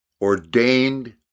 ordained